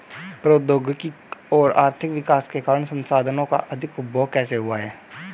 प्रौद्योगिक और आर्थिक विकास के कारण संसाधानों का अधिक उपभोग कैसे हुआ है?